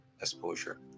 exposure